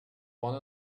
one